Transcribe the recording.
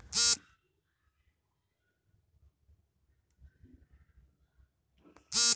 ICICI, HDFC, SBI, ಬ್ಯಾಂಕುಗಳು internet banking ಸೌಲಭ್ಯ ಕೊಡ್ತಿದ್ದೆ